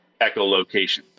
echolocation